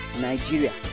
Nigeria